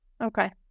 Okay